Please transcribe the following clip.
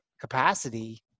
capacity